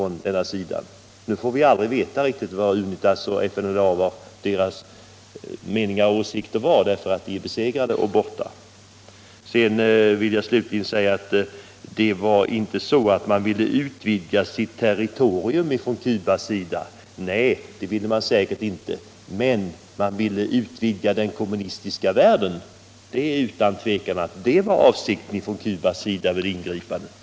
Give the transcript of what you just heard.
Nu får vi aldrig veta riktigt vad UNITA:s och FNLA:s åsikter var, för de är besegrade och borta. Cuba ville inte utvidga sitt territorium. Nej, säkert inte, men man ville utvidga den kommunistiska världen. Det var utan tvivel Cubas avsikt med ingripandet.